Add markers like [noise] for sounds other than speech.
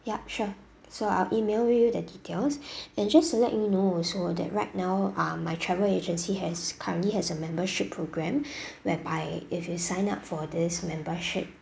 ya sure so I'll email with you the details [breath] and just to let you know also that right now ah my travel agency has currently has a membership programme [breath] whereby if you sign up for this membership